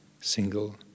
single